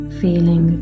feeling